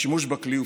והשימוש בכלי הופסק.